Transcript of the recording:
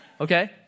Okay